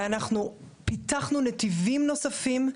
ואנחנו פיתחנו נתיבים נוספים,